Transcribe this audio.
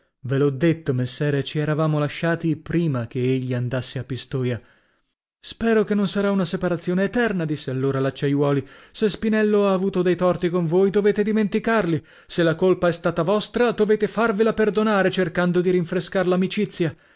ve l'ho detto messere ci eravamo lasciati prima che egli andasse a pistoia spero che non sarà una separazione eterna disse allora l'acciaiuoli se spinello ha avuto dei torti con voi dovete dimenticarli se la colpa è stata vostra dovete farvela perdonare cercando di rinfrescar l'amicizia